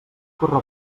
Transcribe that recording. corre